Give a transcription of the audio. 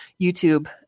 YouTube